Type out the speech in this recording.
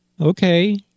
Okay